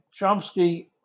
Chomsky